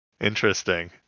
Interesting